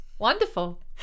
Wonderful